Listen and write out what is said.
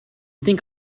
think